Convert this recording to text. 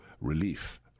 relief